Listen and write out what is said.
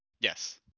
Yes